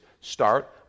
start